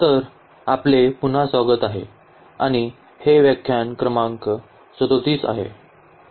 तर आपले पुन्हा स्वागत आहे आणि हे व्याख्यान क्रमांक 37 आहे